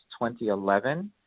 2011